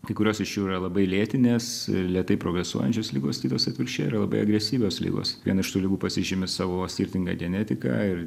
kai kurios iš jų yra labai lėtinės ir lėtai progresuojančios ligos kitos atvirkščiai yra labai agresyvios ligos viena iš tų ligų pasižymi savo skirtinga genetika ir